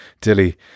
Dilly